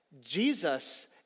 Jesus